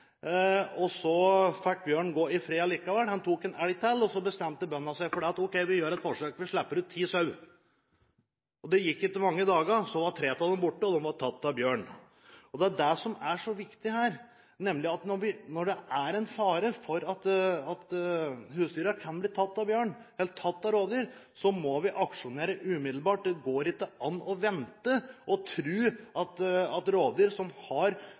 og så fikk bjørnen gå i fred likevel. Han tok en elg til, og så bestemte bøndene seg for at ok, vi gjør et forsøk og slipper ut ti sauer. Det gikk ikke mange dagene før tre av dem var borte, de var tatt av bjørn. Det som er så viktig her, er at når det er fare for at husdyrene kan bli tatt av rovdyr, må vi aksjonere umiddelbart. Det går ikke an å vente og tro at rovdyr som lever godt på husdyr, ikke skal fortsette å gjøre det selv om de har